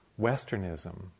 westernism